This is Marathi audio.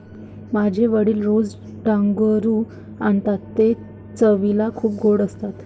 माझे वडील रोज डांगरू आणतात ते चवीला खूप गोड असतात